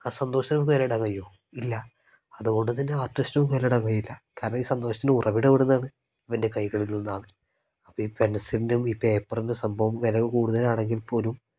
ആ സന്തോഷത്തിന് നമുക്ക് വില ഇടാൻ കഴിയുമോ ഇല്ല അതുകൊണ്ട് തന്നെ ആർട്ടിസ്റ്റ്നും വില ഇടാൻ കഴിയില്ല കാരണം ഈ സന്തോഷത്തിന് ഉറവിടം ഇവിടുന്നാണ് ഇവൻ്റെ കൈകളിൽ നിന്നാണ് അപ്പം ഈ പെൻസിലിൻറും ഈ പേപ്പറിൻ്റെ സംഭവം വില കൂടുതലാണെങ്കിൽ പോലും